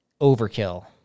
overkill